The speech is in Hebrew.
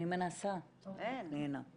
אני מנסה פנינה.